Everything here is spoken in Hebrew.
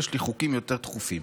יש לי חוקים יותר דחופים.